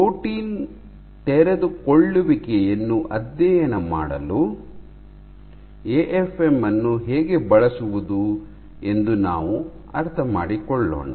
protein ತೆರೆದುಕೊಳ್ಳುವಿಕೆಯನ್ನು ಅಧ್ಯಯನ ಮಾಡಲು ಎಎಫ್ಎಂ ಅನ್ನು ಹೇಗೆ ಬಳಸುವುದು ಎಂದು ನಾವು ಅರ್ಥಮಾಡಿಕೊಳ್ಳೋಣ